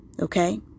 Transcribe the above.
Okay